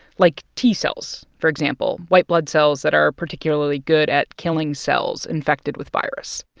like t cells, for example, white blood cells that are particularly good at killing cells infected with virus.